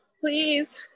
please